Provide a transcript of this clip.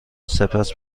سپس